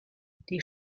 die